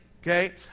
okay